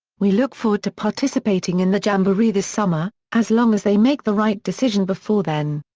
we look forward to participating in the jamboree this summer, as long as they make the right decision before then.